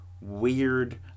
weird